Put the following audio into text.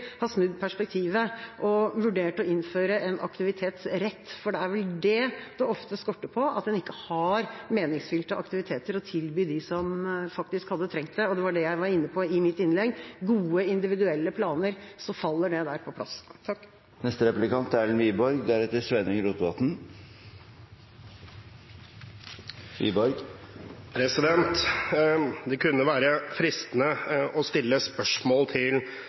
snudd perspektivet og vurdert å innføre en aktivitetsrett, for det er vel det det ofte skorter på, at en ikke har meningsfylte aktiviteter å tilby dem som faktisk hadde trengt det, Det var det jeg var inne på i mitt innlegg: Med gode individuelle planer faller dette på plass. Det kunne være fristende å stille spørsmål til representanten Christoffersen når hun i sitt hovedinnlegg sier at hun kunne